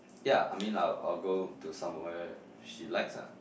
ya I mean I'll I'll go to somewhere she likes ah